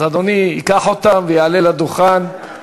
אדוני ייקח אותן ויעלה לדוכן.